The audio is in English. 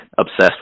obsessed